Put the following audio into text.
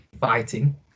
fighting